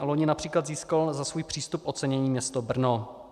Loni například získalo za svůj přístup ocenění město Brno.